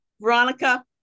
Veronica